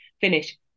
finish